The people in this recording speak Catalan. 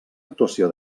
actuació